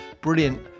brilliant